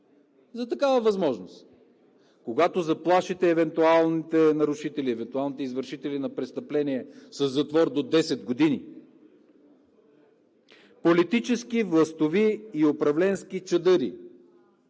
за такава възможност – когато заплашите евентуалните нарушители, евентуалните извършители на престъпление със затвор до 10 години, политически, властови и управленски чадъри,